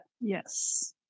yes